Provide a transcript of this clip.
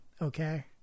okay